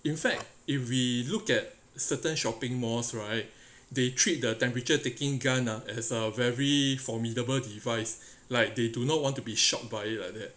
in fact if we look at certain shopping malls right they treat the temperature taking gun ah as a very formidable device like they do not want to be shot by it like that